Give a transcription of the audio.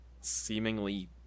seemingly